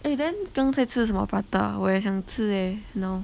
eh then 你刚在吃什么 butter 我也想吃 eh